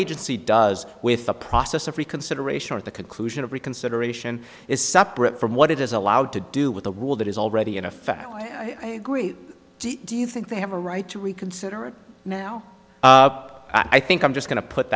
agency does with a process of reconsideration at the conclusion of reconsideration is separate from what it is allowed to do with a rule that is already in a i agree do you think they have a right to reconsider it now i think i'm just going to put